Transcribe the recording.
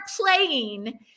playing